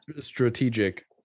Strategic